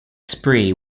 spree